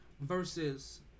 versus